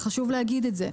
חשוב להגיד את זה,